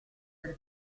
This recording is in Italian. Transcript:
per